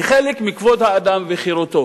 היא חלק מכבוד האדם וחירותו.